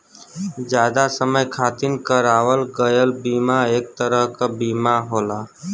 जादा समय खातिर करावल गयल बीमा एक तरह क बीमा होला